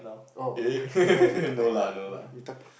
oh talk you talk